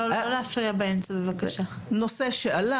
נושא שעלה,